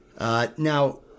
Now